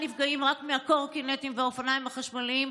נפגעים רק מהקורקינטים והאופניים החשמליים,